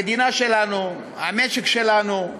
המדינה שלנו, המשק שלנו,